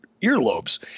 earlobes